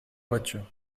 voiture